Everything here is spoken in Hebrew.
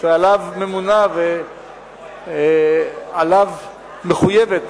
שעליו ממונה ועליו מחויבת